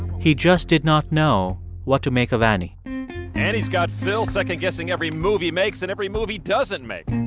he just did not know what to make of annie annie's got phil second-guessing every move he makes and every move he doesn't make